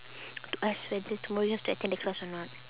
ask whether tomorrow you have to attend the class or not